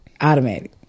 Automatic